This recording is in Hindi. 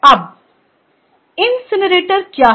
अब एक इनसिनरेटर क्या है